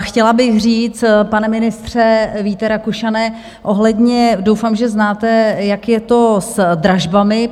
Chtěla bych říct, pane ministře Víte Rakušane, ohledně doufám, že znáte, jak je to s dražbami.